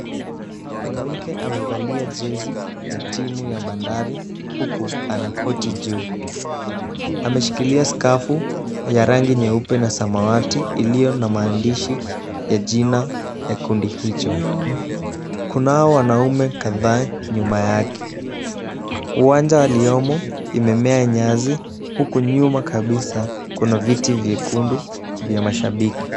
Mwanamke amevalia jezi ya timu ya bandari huku ana koti juu. Ameshikilia skafu ya rangi nyeupe na samawati iliyo na mandishi ya jina ya kundi hicho ,kunao wanaume kadhaa nyuma yake .Uwanja waliomo imemea nyasi, huku nyuma kabisa kuna viti vyekundu vya mashabiki.